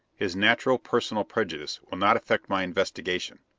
his natural personal prejudice will not affect my investigation.